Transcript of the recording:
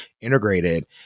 integrated